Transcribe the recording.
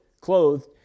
clothed